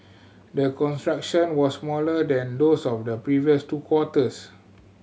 the contraction was smaller than those of the previous two quarters